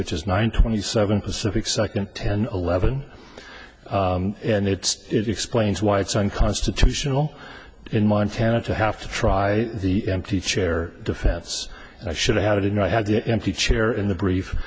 which is nine twenty seven pacific second ten eleven and it's it explains why it's unconstitutional in montana to have to try the empty chair defense i should have it in i had the empty chair in the brief